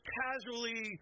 casually